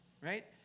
right